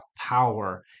power